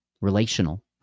relational